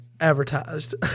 advertised